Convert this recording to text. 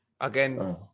Again